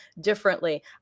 differently